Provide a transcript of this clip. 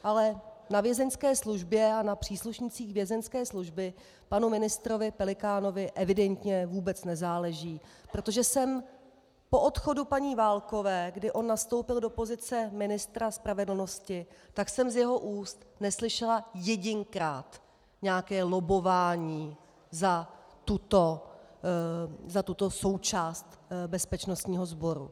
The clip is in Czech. Ale na vězeňské službě a na příslušnících vězeňské služby panu ministrovi Pelikánovi evidentně vůbec nezáleží, protože jsem po odchodu paní Válkové, kdy on nastoupil do pozice ministra spravedlnosti, tak jsem z jeho úst neslyšela jedinkrát nějaké lobbování za tuto součást bezpečnostního sboru.